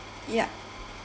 ya